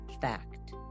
fact